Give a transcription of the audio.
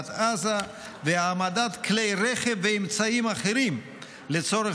לרצועת עזה והעמדת כלי רכב ואמצעים אחרים לצורך